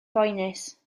boenus